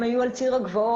הם היו על ציר הגבעות.